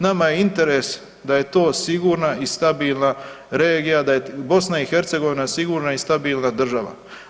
Nama je interes da je to sigurna i stabilna regija, da je BiH sigurna i stabilna država.